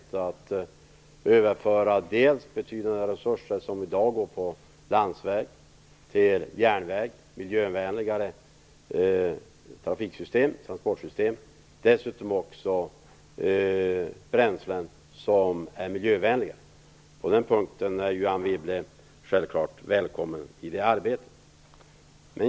Vi vill dels överföra betydande resurser som i dag går på landsväg till järnväg - ett miljövänligare transportsystem - dels ha bränslen som är miljövänliga. Anne Wibble är självfallet välkommen i det arbetet.